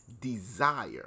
desire